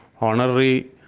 honorary